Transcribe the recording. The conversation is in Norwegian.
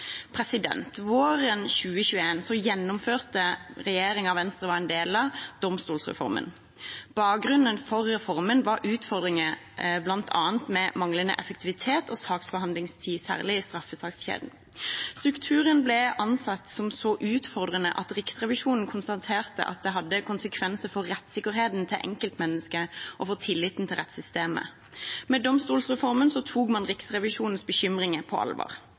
Våren 2021 gjennomførte regjeringen Venstre var en del av, domstolsreformen. Bakgrunnen for reformen var utfordringer med bl.a. manglende effektivitet og saksbehandlingstid, særlig i straffesakskjeden. Strukturen ble ansett som så utfordrende at Riksrevisjonen konstaterte at det hadde konsekvenser for rettssikkerheten til enkeltmennesker og for tilliten til rettssystemet. Med domstolsreformen tok man Riksrevisjonens bekymringer på alvor,